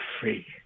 free